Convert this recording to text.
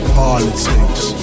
politics